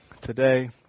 today